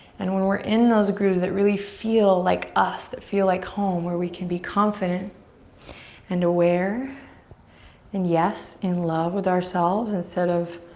and when we're in those grooves it really feel like us that feel like home where we can be confident and aware and yes, in love with ourselves instead of